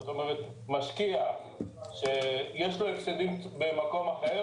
זאת אומרת משקיע שיש לו הפסדים במקום אחר